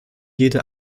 jede